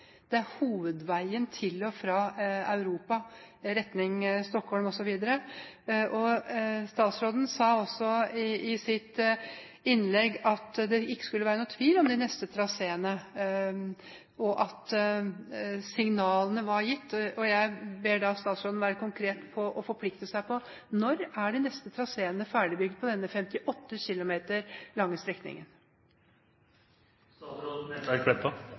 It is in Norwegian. det er hovedveien til og fra Europa i retning Stockholm osv. Statsråden sa også i sitt innlegg at det ikke skulle være noen tvil om de neste traseene, og at signalene var gitt, og jeg ber da statsråden være konkret på og forplikte seg på følgende: Når er de neste traseene ferdigbygd på denne 58 km lange